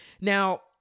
Now